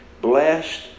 Blessed